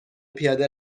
پیاده